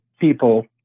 people